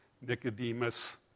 Nicodemus